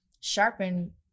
sharpen